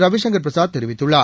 ரவிசங்கர் பிரசாத் தெரிவித்துள்ளார்